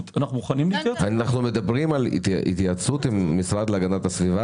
אנחנו מדברים על התייעצות עם המשרד להגנת הסביבה.